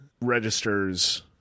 registers